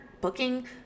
booking